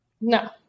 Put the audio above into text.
No